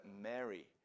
Mary